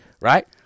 Right